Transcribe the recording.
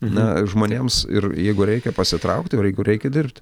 na žmonėms ir jeigu reikia pasitraukti o jeigu reikia dirbt